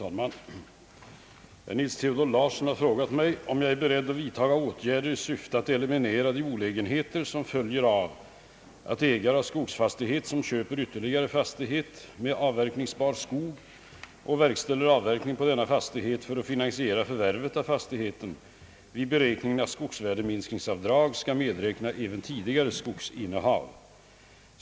Herr talman! Herr Nils Theodor Larsson har frågat mig om jag är beredd att vidtaga åtgärder i syfte att eliminera de olägenheter som följer av att ägare av skogsfastighet, som köper ytterligare fastighet med avverkningsbar skog och verkställer avverkning på denna fastighet för att finansiera förvärvet av fastigheten, vid beräkning av skogsvärdeminskningsavdrag skall medräkna även tidigare skogsinnehav.